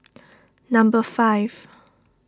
number five